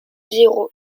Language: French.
zéro